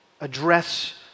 address